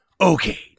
Okay